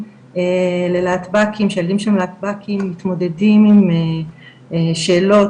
ללהטב"קים שיודעים שהם להטב"קים מתמודדים עם שאלות,